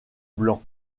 blanc